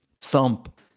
thump